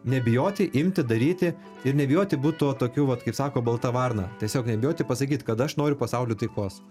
nebijoti imti daryti ir nebijoti būt tuo tokiu vat kaip sako balta varna tiesiog nebijoti pasakyt kad aš noriu pasauly taikos